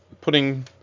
putting –